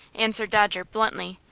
answered dodger, bluntly.